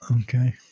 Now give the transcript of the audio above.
okay